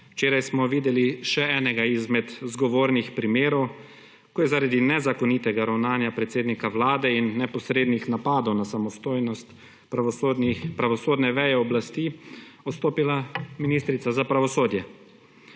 Včeraj smo videli še enega izmed zgovornih primerov, ko je zaradi nezakonitega ravnanja predsednik Vlade in neposrednih napadov na samostojnost pravosodne veje oblasti odstopila ministra za pravosodje,